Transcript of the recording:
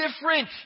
different